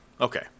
Okay